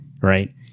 Right